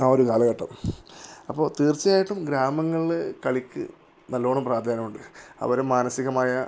ആ ഒരു കാലഘട്ടം അപ്പോള് തീർച്ചയായിട്ടും ഗ്രാമങ്ങളില് കളിക്ക് നല്ലവണ്ണം പ്രാധാന്യമുണ്ട് അവര് മാനസികമായ